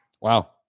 Wow